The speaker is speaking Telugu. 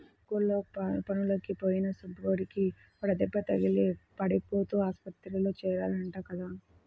పక్కూర్లో పనులకి పోయిన సుబ్బడికి వడదెబ్బ తగిలి పడిపోతే ఆస్పత్రిలో చేర్చారంట కదా